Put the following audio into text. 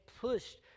pushed